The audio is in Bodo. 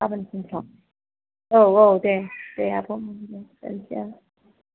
गाबोन फुंफ्राव औ औ दे दे दे आब' दोनसां